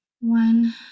one